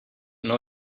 know